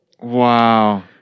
Wow